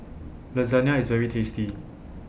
Lasagna IS very tasty